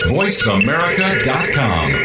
voiceamerica.com